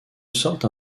sorte